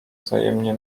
wzajemnie